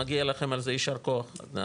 מגיע לכם על זה ישר כוח.